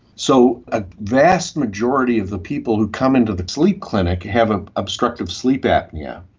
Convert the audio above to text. so a vast majority of the people who come into the sleep clinic have ah obstructive sleep apnoea.